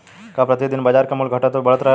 का प्रति दिन बाजार क मूल्य घटत और बढ़त रहेला?